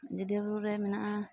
ᱟᱡᱳᱫᱤᱭᱟᱹ ᱵᱩᱨᱩᱨᱮ ᱢᱮᱱᱟᱜᱼᱟ